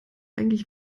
eigentlich